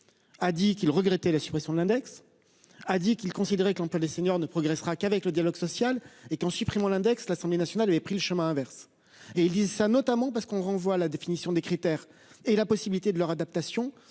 A dit qu'il regrettait la suppression de l'index, a dit qu'il considérait que l'emploi des seniors ne progressera qu'avec le dialogue social et qu'Supprimons l'index. L'Assemblée nationale, avait pris le chemin inverse et Lise ça notamment parce qu'on renvoie la définition des critères et la possibilité de leur adaptation